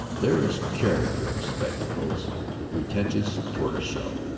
there is character in spectacles the pretentious tortoiseshell,